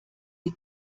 die